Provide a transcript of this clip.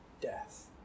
death